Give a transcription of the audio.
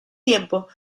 tiempo